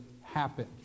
happen